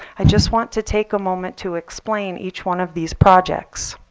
i just want to take a moment to explain each one of these projects.